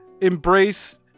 embrace